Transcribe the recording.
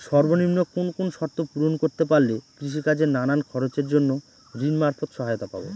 সর্বনিম্ন কোন কোন শর্ত পূরণ করতে পারলে কৃষিকাজের নানান খরচের জন্য ঋণ মারফত সহায়তা পাব?